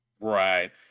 Right